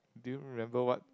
do you remember what